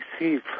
receive